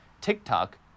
TikTok